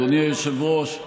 אדוני היושב-ראש,